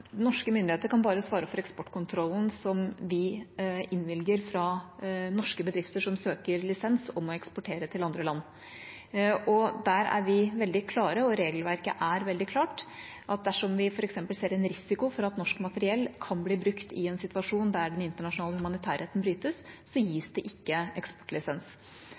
Norske myndigheter kan bare svare for eksportkontrollen når vi innvilger lisens til norske bedrifter som søker om å få eksportere til andre land. Der er vi veldig klare, og regelverket er veldig klart: Dersom vi f.eks. ser en risiko for at norsk materiell kan bli brukt i en situasjon der den internasjonale humanitærretten brytes, gis det ikke eksportlisens.